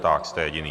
Tak, jste jediný.